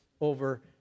over